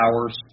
hours